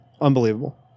Unbelievable